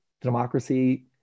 democracy